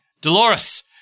Dolores